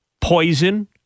Poison